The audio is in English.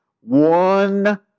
One